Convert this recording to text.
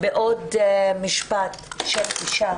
בעוד משפט של אישה